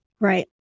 Right